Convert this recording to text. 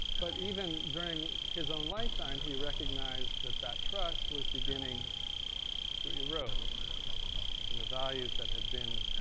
but even during his own lifetime, he recognized that that trust was beginning to erode and the values that had been